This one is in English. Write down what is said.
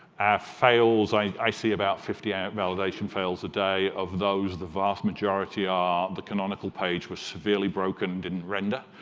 fails, i see about fifty ah validation fails a day. of those, the vast majority are the canonical page was severely broken and didn't render.